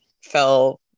fell